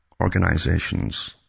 organizations